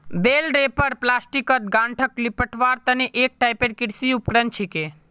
बेल wrapper प्लास्टिकत गांठक लेपटवार तने एक टाइपेर कृषि उपकरण छिके